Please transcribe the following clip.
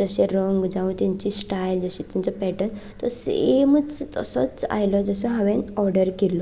तशे रंग जावं तांचे स्टायल जशी तांचे पेटर्न तो सेमच तसोच आयलो जसो हांवें ऑर्डर केल्लो